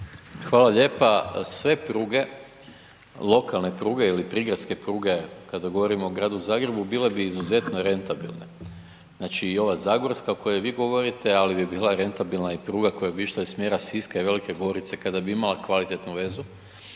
Hvala lijepa, sve pruge, lokalne pruge ili prigradske pruge kada govorimo o Gradu Zagrebu bile bi izuzetno rentabilne, znači i ova zagorska o kojoj vi govorite, ali bi bila rentabilna i pruga koja bi išla iz smjera Siska i Velike Gorice kada bi imali kvalitetnu vezu